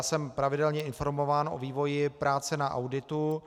Jsem pravidelně informován o vývoji práce na auditu.